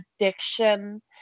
addiction